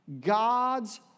God's